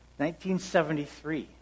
1973